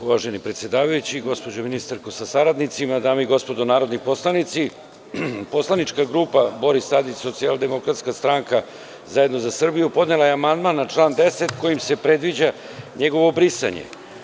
Uvaženi predsedavajući, gospođo ministarko sa saradnicima, dame i gospodo narodni poslanici, poslanička grupa Boris Tadić – SDS, ZZS podnela je amandman na član 10. kojim se predviđa njegovo brisanje.